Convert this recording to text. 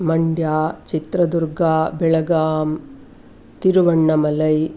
Mandya Chitradurga Belgaum Tiruvannamalai